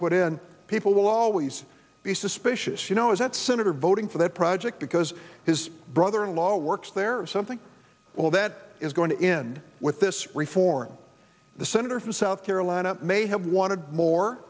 put in people will always be suspicious you know as at senator voting for that project because his brother in law works there something well that is going to end with this reform the senator from south carolina may have wanted more